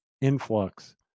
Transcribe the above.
influx